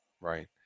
right